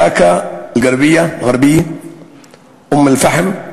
באקה-אלע'רביה, אום-אלפחם,